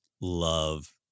love